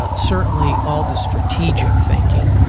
ah certainly all the strategic thinking.